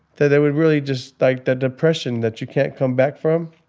that that would really just, like the depression that you can't come back from.